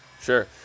Sure